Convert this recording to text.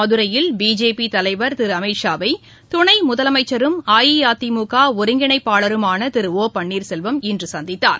மதுரையில் பிஜேபி தலைவர் திரு அமித்ஷா வை துணை முதலமைச்சரும் அஇஅதிமுக ஒருங்கிணைப்பாளருமான திரு ஓ பன்னீர் செல்வம் இன்று சந்தித்தார்